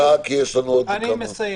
אחרון ברשותך, כי יש לנו עוד --- אני מסיים.